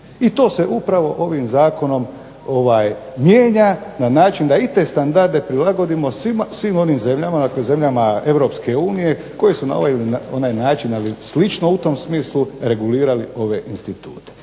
I to se upravo ovim zakonom mijenja na način da i te standarde prilagodimo svim zemljama EU koje su na ovaj ili onaj način ali slično u tom smislu regulirale ove institute.